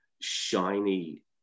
shiny